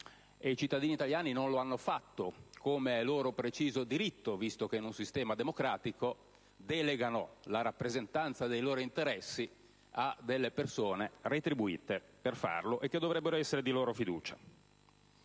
i cittadini italiani non lo hanno fatto, come è loro preciso diritto visto che in un sistema democratico delegano la rappresentanza dei loro interessi a delle persone retribuite per farlo, che dovrebbero essere di loro fiducia.